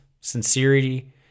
sincerity